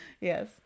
Yes